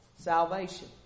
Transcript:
salvation